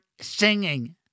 singing